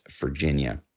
Virginia